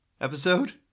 episode